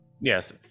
Yes